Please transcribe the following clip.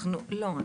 אנחנו, לא.